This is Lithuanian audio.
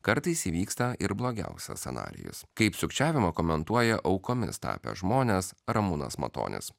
kartais įvyksta ir blogiausias scenarijus kaip sukčiavimą komentuoja aukomis tapę žmonės ramūnas matonis